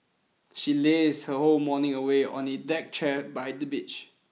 she lazed her whole morning away on a deck chair by the beach